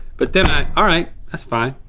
but then i, all right, that's fine.